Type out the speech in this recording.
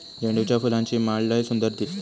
झेंडूच्या फुलांची माळ लय सुंदर दिसता